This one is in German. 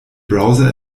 browser